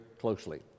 closely